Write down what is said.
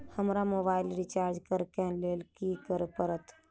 हमरा mobile recharge करऽ केँ लेल की करऽ पड़त?